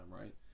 right